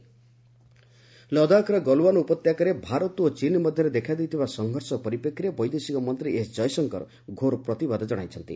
S Jaishankar ଲଦାଖର ଗଲୱାନ ଉପତ୍ୟକାରେ ଭାରତ ଓ ଚୀନ ମଧ୍ୟରେ ଦେଖାଦେଇଥିବା ସଂଘର୍ଷ ପରିପ୍ରେକ୍ଷୀରେ ବୈଦେଶିକ ମନ୍ତ୍ରୀ ଏସ୍ ଜୟଶଙ୍କର ଘୋର ପ୍ରତିବାଦ ଜଣାଇଛନ୍ତି